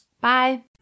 Bye